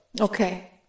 Okay